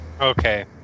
okay